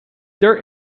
dirt